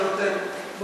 חבר הכנסת דוד רותם,